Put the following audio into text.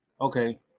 okay